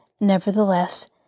Nevertheless